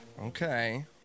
Okay